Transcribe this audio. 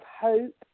hope